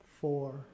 four